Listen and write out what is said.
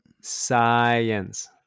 science